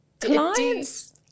clients